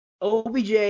OBJ